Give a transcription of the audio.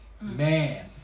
man